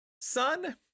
Son